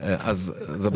גם מי שלא החזיק.